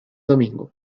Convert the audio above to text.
domingo